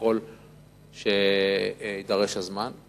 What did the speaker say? ככל שיידרש הזמן.